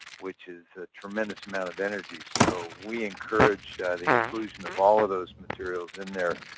which is a tremendous amount of energy. so we encourage the inclusion of all of those materials in there,